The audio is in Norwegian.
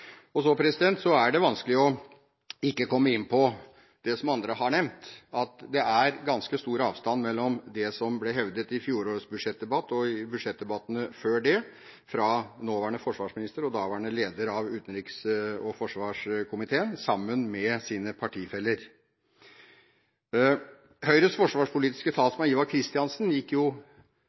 det. Så er det vanskelig ikke å komme inn på, som andre har nevnt, at det er ganske stor avstand mellom det som ble hevdet i fjorårets budsjettdebatt og i budsjettdebattene før det fra nåværende forsvarsminister og daværende leder av utenriks- og forsvarskomiteen og hennes partifeller. Høyres forsvarspolitiske talsmann, Ivar Kristiansen, gikk